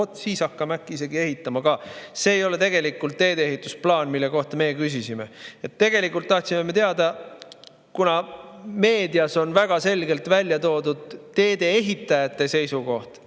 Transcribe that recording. siis hakkame äkki isegi ehitama. See ei ole tegelikult teedeehitusplaan, mille kohta meie küsisime. Tegelikult tahtsime me teada [neljarealiste teede kohta], kuna meedias on väga selgelt välja toodud teedeehitajate seisukoht,